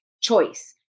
choice